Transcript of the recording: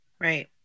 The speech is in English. Right